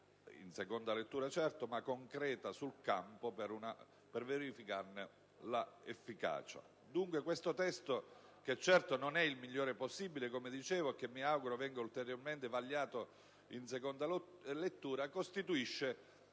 in seconda lettura, certo - concreta, sul campo, per verificarne l'efficacia. Dunque, questo testo, che certo non è il migliore possibile - come dicevo - e che mi auguro venga ulteriormente vagliato in seconda lettura, costituisce